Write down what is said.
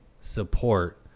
support